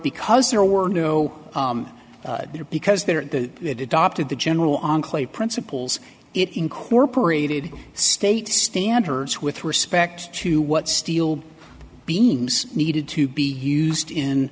because there were no there because they were the adopted the general enclave principles it incorporated state standards with respect to what steel beams needed to be used in